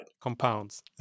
Compounds